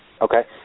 Okay